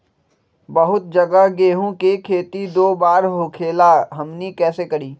बहुत जगह गेंहू के खेती दो बार होखेला हमनी कैसे करी?